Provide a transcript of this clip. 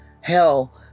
Hell